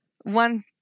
one